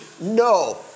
No